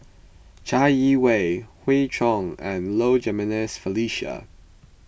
Chai Yee Wei Hoey Choo and Low Jimenez Felicia